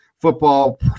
football